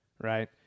right